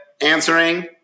answering